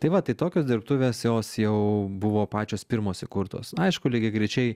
tai va tai tokios dirbtuvės jos jau buvo pačios pirmos įkurtos aišku lygiagrečiai